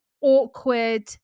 awkward